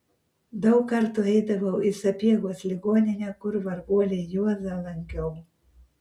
daug kartų eidavau į sapiegos ligoninę kur varguolį juozą lankiau